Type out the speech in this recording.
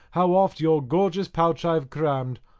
how oft your gorgeous pouch i've crammed,